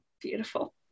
Beautiful